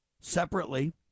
separately